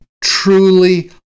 truly